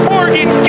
Morgan